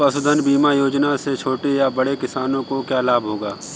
पशुधन बीमा योजना से छोटे या बड़े किसानों को क्या लाभ होगा?